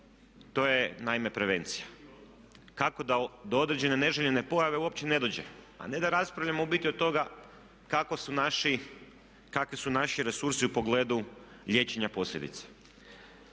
to je naime prevencija, kako da do određene neželjene pojave uopće ne dođe a ne da raspravljamo u biti od toga kakvi su naši resursi u pogledu liječenja posljedica.